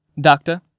Doctor